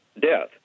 death